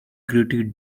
gritty